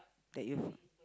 that you've